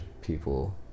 people